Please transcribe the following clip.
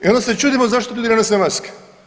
I onda se čudimo zašto ljudi ne nose maske.